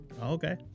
okay